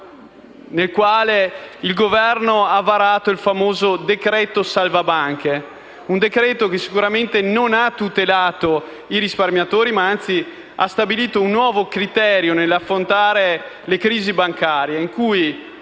nel quale il Governo ha varato il famoso decreto-legge salva banche, un provvedimento che sicuramente non ha tutelato i risparmiatori, ma anzi ha stabilito un nuovo criterio nell'affrontare le crisi bancarie, in cui